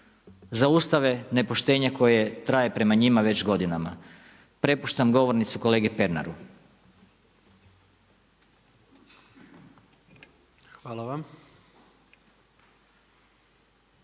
zaustave nepoštenje koje traje prema njima već godinama. Prepuštam govornicu kolegi Peranru.